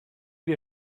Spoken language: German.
wir